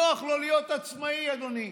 נוח לו להיות עצמאי, אדוני.